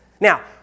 Now